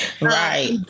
Right